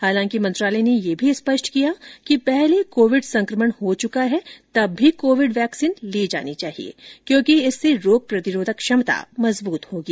हालांकि मंत्रालय ने यह भी स्पष्ट किया कि पहले कोविड संक्रमण हो चुका है तब भी कोविड वैक्सीन ली जानी चाहिए क्योंकि इससे रोग प्रतिरोधक क्षमता मजबूत होगी